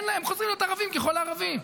הם חוזרים להיות ערבים ככל הערבים.